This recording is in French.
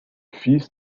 fils